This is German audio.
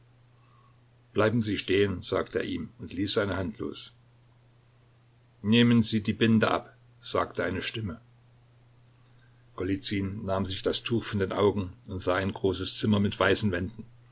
bleiben sie stehen sagte er ihm und ließ seine hand los nehmen sie die binde ab sagte eine stimme golizyn nahm sich das tuch von den augen und sah ein großes zimmer mit weißen wänden